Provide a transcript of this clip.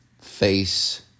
face